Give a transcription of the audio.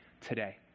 today